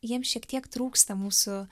jiems šiek tiek trūksta mūsų